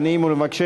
יש לנו 39 תומכים,